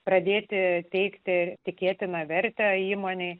pradėti teikti tikėtina vertę įmonei